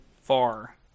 far